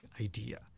idea